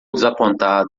desapontado